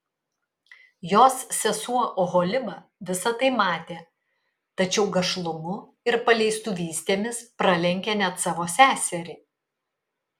jos sesuo oholiba visa tai matė tačiau gašlumu ir paleistuvystėmis pralenkė net savo seserį